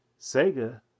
Sega